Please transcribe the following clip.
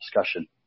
discussion